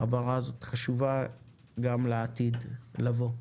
ההבהרה הזאת חשובה גם לעתיד לבוא.